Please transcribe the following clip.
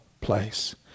place